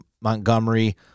Montgomery